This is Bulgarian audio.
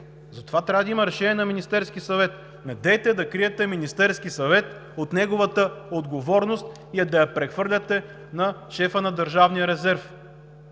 Затова трябва да има решение на Министерския съвет. Недейте да криете Министерския съвет от неговата отговорност и да я прехвърляте на шефа на Държавния резерв,